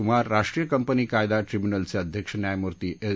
कुमार राष्ट्रीय कंपनी कायदा ट्रिब्युनलचे अध्यक्ष न्यायमूर्ती एस